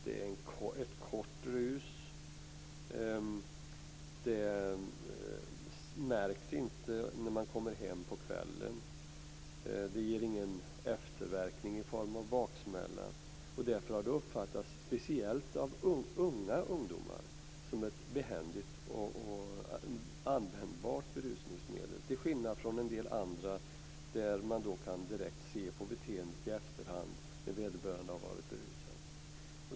Det är ett kort rus. Det märks inte när man kommer hem på kvällen. Det ger ingen efterverkning i form av baksmälla. Därför har det uppfattats speciellt av unga ungdomar som ett behändigt och användbart berusningsmedel, till skillnad från en del andra där det går att direkt se på beteendet i efterhand när vederbörande har varit berusad.